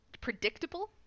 predictable